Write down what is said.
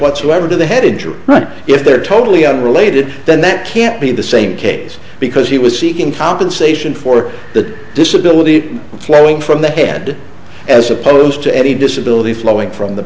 whatsoever to the head injury if they're totally unrelated then that can't be the same case because he was seeking compensation for the disability flowing from the head as opposed to any disability flowing from the